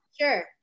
sure